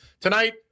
tonight